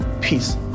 peace